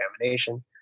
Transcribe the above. examination